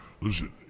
Listen